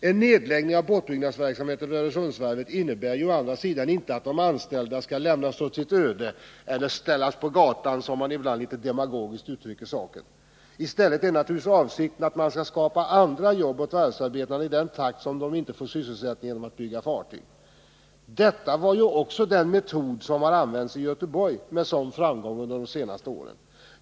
En nedläggning av båtbyggnadsverksamheten vid Öresundsvarvet innebär å andra sidan inte att de anställda skall lämnas åt sitt öde eller ställas på gatan, som man ibland litet demagogiskt uttrycker saken. I stället är naturligtvis avsikten att man skall skapa jobb åt varvsarbetarna, i takt med att deras sysselsättning i arbete med att bygga fartyg upphör. Detta är också den metod som har använts i Göteborg med sådan framgång under de senaste åren.